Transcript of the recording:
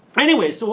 anyways, so